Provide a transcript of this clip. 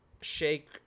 Shake